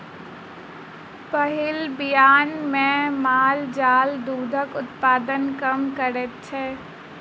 पहिल बियान मे माल जाल दूधक उत्पादन कम करैत छै